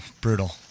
brutal